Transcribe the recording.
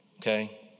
Okay